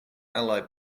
ally